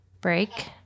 break